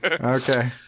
Okay